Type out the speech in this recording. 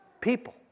people